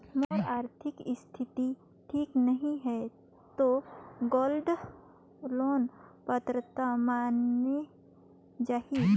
मोर आरथिक स्थिति ठीक नहीं है तो गोल्ड लोन पात्रता माने जाहि?